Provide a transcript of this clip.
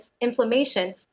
inflammation